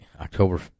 October